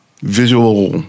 visual